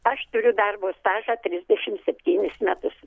aš turiu darbo stažą trisdešim septynis metus